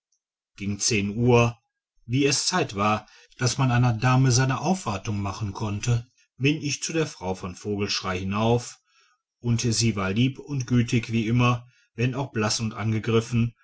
gegen zehn uhr wie es zeit war daß man einer dame seine aufwartung machen konnte bin ich zu der frau von vogelschrey hinauf und sie war lieb und gütig wie immer wenn auch blaß und angegriffen